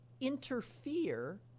interfere